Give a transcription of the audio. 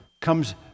comes